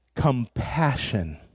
compassion